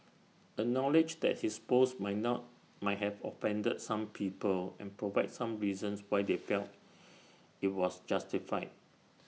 acknowledge that his post might not might have offended some people and provide some reasons why they felt IT was justified